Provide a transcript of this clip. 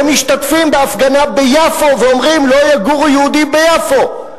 ומשתתפים בהפגנה ביפו ואומרים: לא יגורו יהודים ביפו.